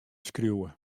skriuwe